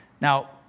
now